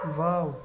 واو